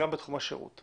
גם בתחום השירות.